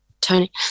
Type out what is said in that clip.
Tony